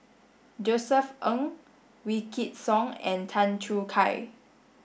Josef Ng Wykidd Song and Tan Choo Kai